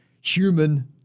human